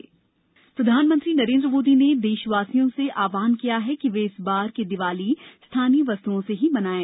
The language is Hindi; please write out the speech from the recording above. पीएम अपील प्रधानमंत्री नरेंद्र मोदी ने देशवासियों का आह्ववान किया है कि वे इस बार की दीपावली स्थानीय वस्तुओं से ही मनाएं